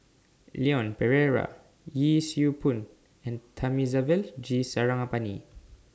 Leon Perera Yee Siew Pun and Thamizhavel G Sarangapani